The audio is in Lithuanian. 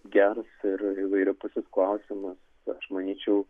geras ir įvairiapusis klausimas aš manyčiau